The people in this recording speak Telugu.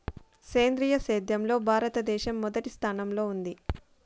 సేంద్రీయ సేద్యంలో భారతదేశం మొదటి స్థానంలో ఉంది